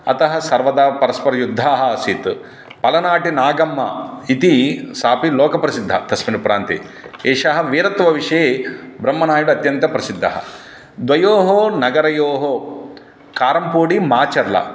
अतः सर्वदा परस्परं युद्धम् आसीत् पलनाटि नगम्मा इति सापि लोकप्रसिद्धा तस्मिन् प्रान्ते एषः विरता विषये ब्रह्मनायुडु अत्यन्तप्रसिद्धः द्वयोः नगरयोः कारम्पोडि माचर्ला